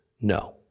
no